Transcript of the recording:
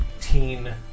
teen